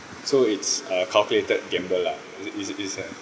so it's uh calculated gamble lah is it is is eh